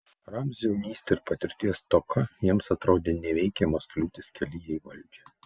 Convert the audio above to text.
ramzio jaunystė ir patirties stoka jiems atrodė neįveikiamos kliūtys kelyje į valdžią